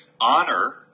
honor